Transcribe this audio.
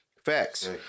Facts